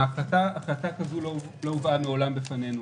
החלטה כזו לא הובאה מעולם בפנינו,